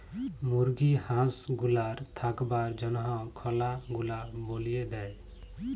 মুরগি হাঁস গুলার থাকবার জনহ খলা গুলা বলিয়ে দেয়